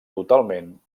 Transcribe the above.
totalment